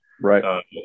Right